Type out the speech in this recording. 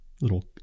little